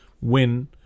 win